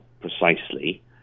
precisely